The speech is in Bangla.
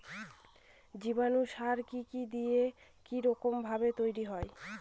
জীবাণু সার কি কি দিয়ে কি রকম ভাবে তৈরি হয়?